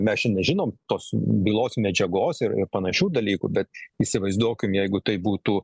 mes čia nežinom tos bylos medžiagos ir panašių dalykų bet įsivaizduokim jeigu tai būtų